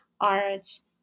arts